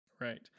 Right